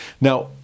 Now